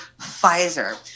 Pfizer